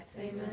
Amen